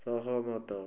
ସହମତ